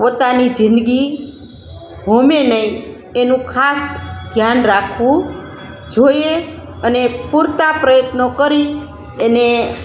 પોતાની જિંદગી હોમે નહીં એનું ખાસ ધ્યાન રાખવું જોઈએ અને પૂરતા પ્રયત્નો કરી એને